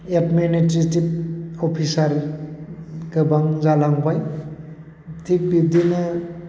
administrative officer गोबां जालांबाय थिग बिदिनो